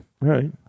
Right